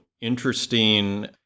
interesting